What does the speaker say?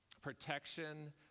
Protection